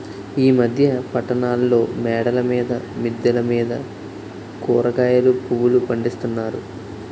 ఈ మధ్య పట్టణాల్లో మేడల మీద మిద్దెల మీద కూరగాయలు పువ్వులు పండిస్తున్నారు